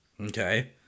Okay